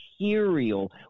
material